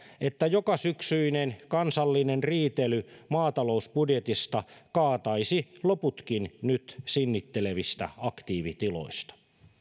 että jokasyksyinen kansallinen riitely maatalousbudjetista kaataisi loputkin nyt sinnittelevistä aktiivitiloista